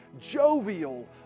jovial